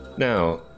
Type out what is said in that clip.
Now